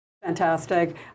Fantastic